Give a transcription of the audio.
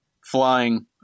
flying